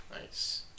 Nice